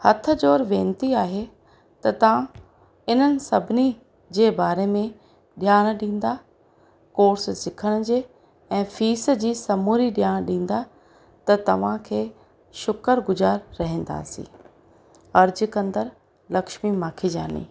हथु जोड़ वेनती आहे त तां इन्हनि सभिनी जे बारे में ॼाण ॾींदा कोर्स सिखण जे ऐं फ़ीस जी समूरी ॼाण ॾींदा त तव्हांखे शुक्रगुज़ारु रहंदासीं अर्ज़ु कंदड़ लक्ष्मी माखीजानी